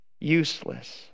useless